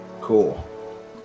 cool